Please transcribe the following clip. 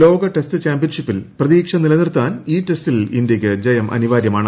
ലോക ടെസ്റ്റ് ചാമ്പ്യൻഷിപ്പിൽ പ്രതീക്ഷ നിലനിർത്താൻ ഈ ടെസ്റ്റിൽ ഇന്ത്യയ്ക്ക് ജയം അനിവാര്യമാണ്